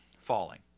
falling